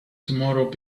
tomorrow